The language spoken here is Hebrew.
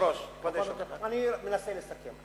כבוד היושב-ראש, אני מנסה לסכם.